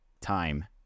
time